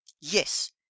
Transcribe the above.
Yes